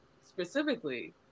specifically